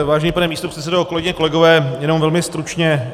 Vážený pane místopředsedo, kolegyně, kolegové, jenom velmi stručně.